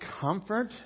comfort